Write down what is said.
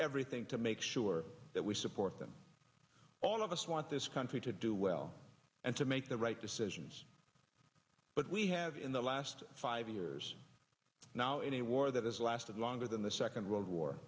everything to make sure that we support them all of us want this country to do well and to make the right decisions but we have in the last five years now any war that has lasted longer than the second world war